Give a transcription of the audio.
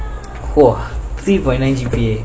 !whoa! three point nine G_P_A